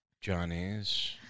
Johnny's